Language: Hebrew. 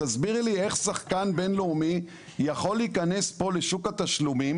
תסבירי לי איך שחקן בין-לאומי יכול להיכנס פה לשוק התשלומים,